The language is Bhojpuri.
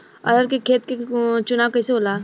अरहर के खेत के चुनाव कइसे होला?